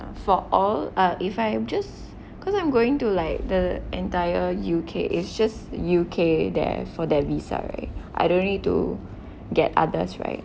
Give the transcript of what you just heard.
for all uh if I am just because I'm going to like the entire U_K is just U_K there for that visa right I don't need to get others right